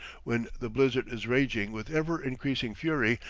when the blizzard is raging with ever-increasing fury,